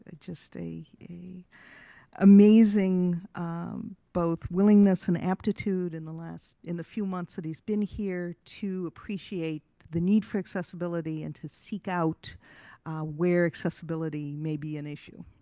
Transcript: ah just a, amazing both willingness and aptitude in the last, in the few months that he has been here to appreciate the need for accessibility and to seek out where accessibility may be an issue.